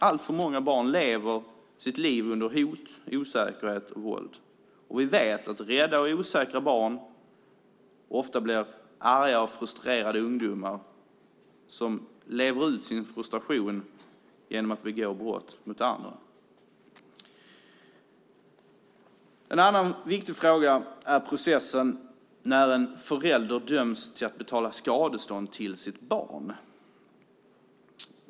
Alltför många barn lever sitt liv under hot, osäkerhet och våld. Vi vet att rädda och osäkra barn ofta blir arga och frustrerade ungdomar, som lever ut sin frustration genom att begå brott mot andra. En annan viktig fråga är processen när en förälder döms att betala skadestånd till sitt barn.